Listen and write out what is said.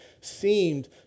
seemed